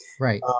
Right